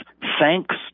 thanks